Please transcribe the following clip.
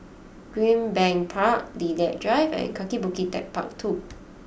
Greenbank Park Lilac Drive and Kaki Bukit Techpark II